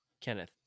Kenneth